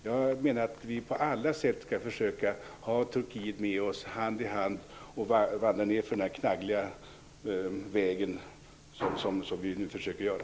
Jag menar att vi på alla sätt skall försöka ha Turkiet med oss och vandra hand i hand nedför den här knaggliga vägen, som vi nu försöker göra.